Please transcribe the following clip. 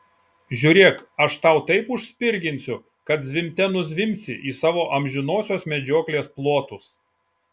žiūrėk aš tau taip užspirginsiu kad zvimbte nuzvimbsi į savo amžinosios medžioklės plotus